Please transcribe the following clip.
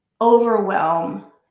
overwhelm